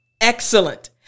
Excellent